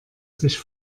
sich